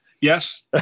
Yes